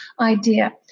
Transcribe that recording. idea